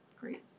Great